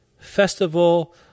Festival